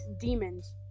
Demons